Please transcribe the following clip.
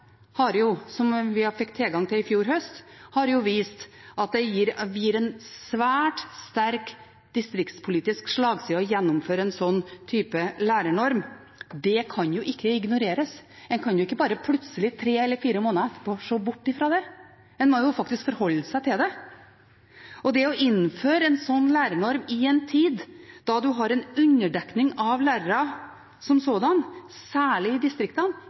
som vi fikk tilgang til i fjor høst, har jo vist at det gir en svært sterk distriktspolitisk slagside å gjennomføre en slik lærernorm. Det kan ikke ignoreres. En kan jo ikke bare plutselig – tre eller fire måneder etterpå – se bort ifra det. En må faktisk forholde seg til det. Å innføre en slik lærernorm i en tid da man har en underdekning av lærere som sådan, særlig i distriktene,